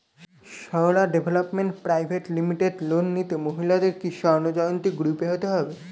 Sarala development private limited loan নিতে মহিলাদের কি স্বর্ণ জয়ন্তী গ্রুপে হতে হবে?